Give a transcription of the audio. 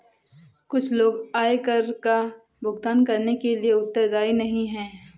कुछ लोग आयकर का भुगतान करने के लिए उत्तरदायी नहीं हैं